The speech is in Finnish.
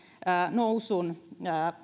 nousuun